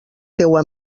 teua